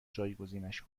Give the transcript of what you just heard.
جایگزینش